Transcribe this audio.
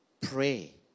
pray